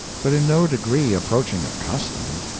but in no degree approaching a custom.